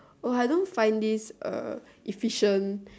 oh I don't find this uh efficient